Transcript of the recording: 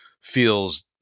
feels